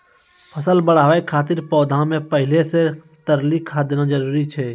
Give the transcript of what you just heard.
फसल बढ़ाबै खातिर पौधा मे पहिले से तरली खाद देना जरूरी छै?